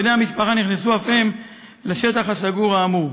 בני המשפחה נכנסו אף הם לשטח הסגור האמור.